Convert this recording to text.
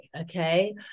okay